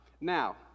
Now